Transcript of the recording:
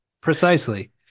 Precisely